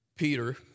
Peter